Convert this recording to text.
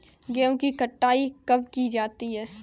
गेहूँ की कटाई कब की जाती है?